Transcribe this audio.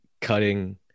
cutting